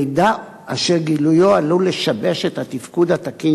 (1) מידע אשר גילויו עלול לשבש את התפקוד התקין